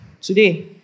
today